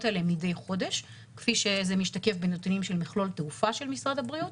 האלה מדי חודש כפי שזה משתקף בנתונים של מכלול תעופה של משרד הבריאות